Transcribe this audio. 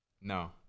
No